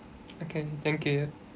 okay thank you